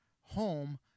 home